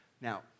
Now